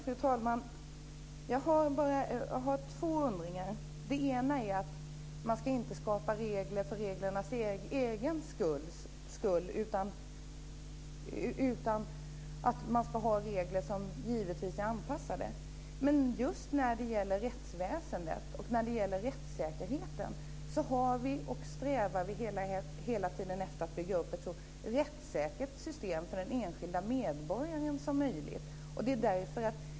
Fru talman! Jag har två undringar. Den ena gäller att man inte ska skapa regler för reglernas egen skull. Man ska givetvis ha regler som är anpassade. Men just när det gäller rättsväsendet och rättssäkerheten har vi och strävar hela tiden efter att bygga upp ett så rättssäkert system som möjligt för den enskilda medborgaren.